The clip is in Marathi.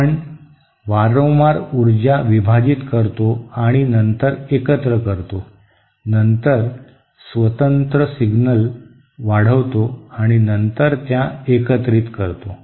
आपण वारंवार ऊर्जा विभाजित करतो आणि नंतर एकत्र करतो नंतर स्वतंत्र सिग्नल वाढवितो आणि नंतर त्या एकत्रित करतो